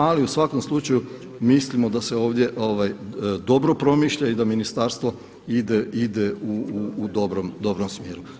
Ali u svakom slučaju mislimo da se ovdje dobro promišlja i da ministarstvo ide u dobrom smjeru.